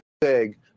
big